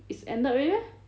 is ended already meh